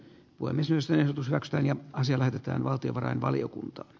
olemme syysehdotus racstään ja asia lähetetään valtiovarainvaliokuntaan